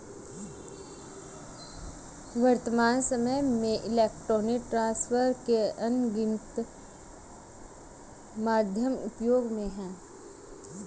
वर्त्तमान सामय में इलेक्ट्रॉनिक ट्रांसफर के अनगिनत माध्यम उपयोग में हैं